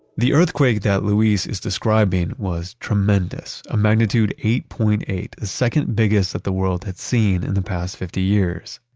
the earthquake that luis is describing was tremendous, a magnitude eight point eight. the second biggest that the world had seen in the past fifty years.